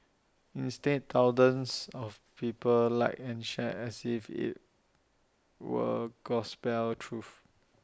instead thousands of people liked and shared IT as if IT were gospel truth